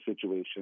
situation